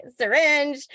syringe